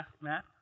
Matt